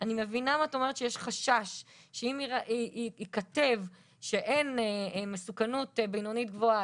אני מבינה מה את אומרת שיש חשש שאם ייכתב שאין מסוכנות בינונית גבוהה,